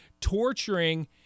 torturing